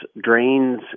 drains